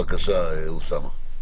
בבקשה, אוסאמה.